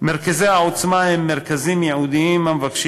מרכזי העוצמה הם מרכזים ייעודיים המבקשים